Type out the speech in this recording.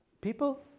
people